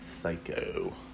Psycho